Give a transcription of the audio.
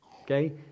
Okay